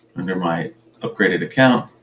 under my upgraded account.